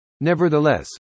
Nevertheless